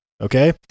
Okay